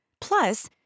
Plus